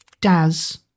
Daz